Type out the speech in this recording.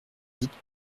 vite